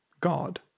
God